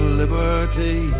liberty